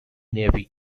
navy